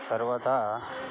सर्वदा